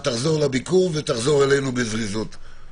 לך לביקור ותחזור אלינו בזריזות.